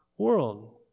world